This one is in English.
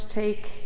take